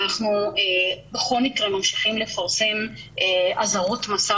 אנחנו בכל מקרה ממשיכים לפרסם אזהרות מסע